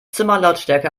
zimmerlautstärke